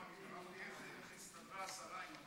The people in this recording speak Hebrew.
10367, 10370